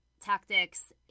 tactics